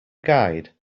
guide